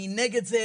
אני נגד זה,